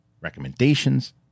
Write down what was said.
Recommendations